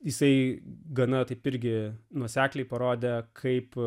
jisai gana taip irgi nuosekliai parodė kaip